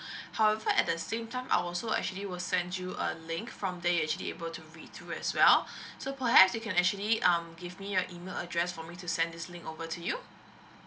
however at the same time I will also actually will send you a link from there you actually able to read through as well so perhaps you can actually um give me your email address for me to send this link over to you